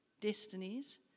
destinies